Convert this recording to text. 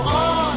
on